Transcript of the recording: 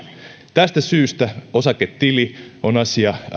tästä syystä osaketili on asia